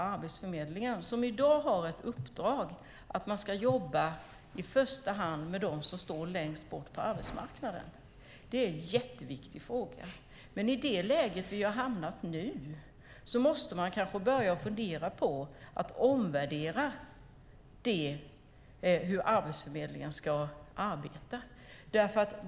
Arbetsförmedlingen har i dag ett uppdrag att i första hand jobba med dem som står längst bort från arbetsmarknaden. Det är en jätteviktig fråga. Men i det läge vi har hamnat nu måste man fundera på att omvärdera hur Arbetsförmedlingen ska arbeta.